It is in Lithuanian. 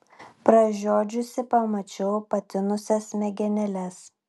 pražiodžiusi pamačiau patinusias smegenėles